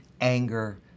anger